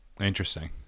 interesting